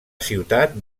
ciutat